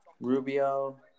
Rubio